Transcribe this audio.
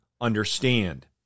understand